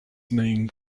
name